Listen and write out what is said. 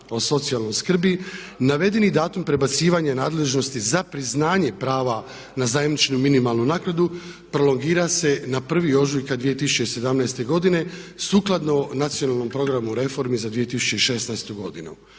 o socijalnoj skrbi navedeni datum prebacivanja nadležnosti za priznanje prava na zajamčenu minimalnu naknadu prolongira se na 1. ožujka 2017. godine sukladno Nacionalnom programu reformi za 2016. godinu.